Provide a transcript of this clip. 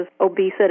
obesity